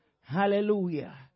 Hallelujah